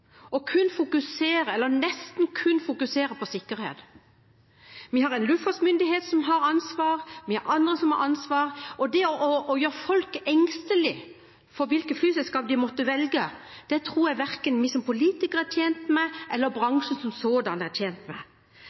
nesten kun å fokusere på sikkerhet. Vi har en luftfartsmyndighet som har ansvar, vi har andre som har ansvar, og det å gjøre folk engstelige med tanke på hvilke flyselskap de skal velge, tror jeg verken vi som politikere eller bransjen som sådan er tjent med.